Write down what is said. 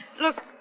Look